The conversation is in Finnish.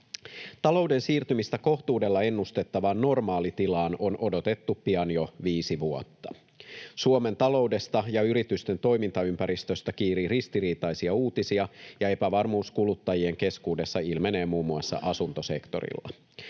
Talouden siirtymistä kohtuudella ennustettavaan normaalitilaan on odotettu pian jo viisi vuotta. Suomen taloudesta ja yritysten toimintaympäristöstä kiirii ristiriitaisia uutisia, ja epävarmuus kuluttajien keskuudessa ilmenee muun muassa asuntosektorilla.